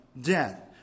death